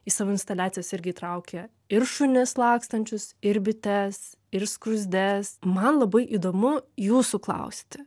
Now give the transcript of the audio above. į savo instaliacijas irgi įtraukia ir šunis lakstančius ir bites ir skruzdes man labai įdomu jūsų klausti